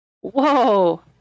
Whoa